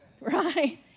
right